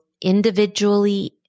individually